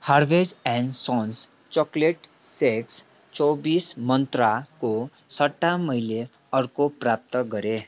Harvey's and sons chocolate shake चौबिस मन्त्राको सट्टा मैले अर्को प्राप्त गरेँ